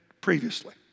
previously